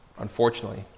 unfortunately